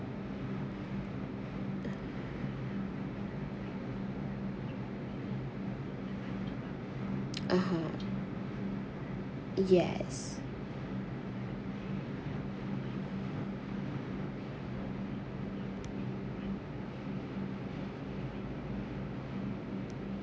uh-huh yes